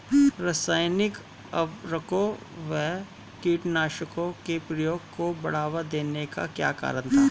रासायनिक उर्वरकों व कीटनाशकों के प्रयोग को बढ़ावा देने का क्या कारण था?